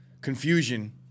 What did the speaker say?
confusion